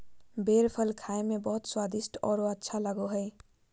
बेर फल खाए में बहुत स्वादिस्ट औरो अच्छा लगो हइ